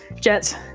Jets